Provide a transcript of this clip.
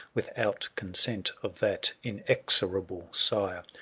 without consent of that inexorable sire.